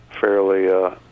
fairly